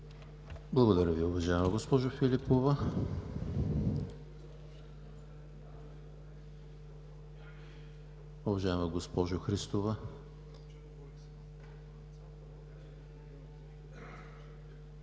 Благодаря Ви, уважаема госпожо Филипова. Уважаема госпожо Христова,